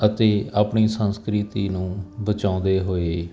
ਅਤੇ ਆਪਣੀ ਸੰਸਕ੍ਰਿਤੀ ਨੂੰ ਬਚਾਉਂਦੇ ਹੋਏ